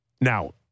now